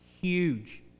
huge